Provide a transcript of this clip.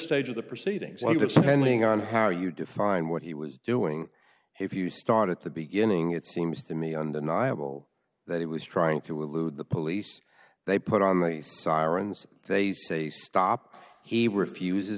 stage of the proceedings look at spending on how you define what he was doing if you start at the beginning it seems to me undeniable that he was trying to elude the police they put on the sirens they say stop he refuses